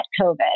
COVID